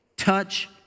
Touch